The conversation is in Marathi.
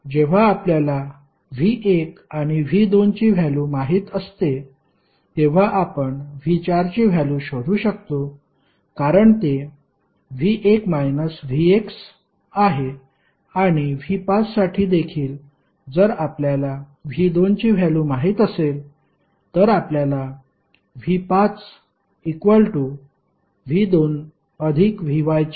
म्हणून जेव्हा आपल्याला V1 आणि V2ची व्हॅल्यु माहित असते तेव्हा आपण V4ची व्हॅल्यु शोधू शकतो कारण ते V1 Vx आहे आणि V5 साठी देखील जर आपल्याला V2 ची व्हॅल्यु माहित असेल तर आपल्याला V5V2Vy ची व्हॅल्यु मिळू शकेल